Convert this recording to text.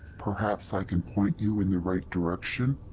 perhaps i can point you in the right direction?